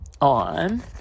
on